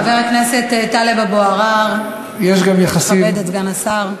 חבר הכנסת טלב אבו עראר, כבד את סגן השר.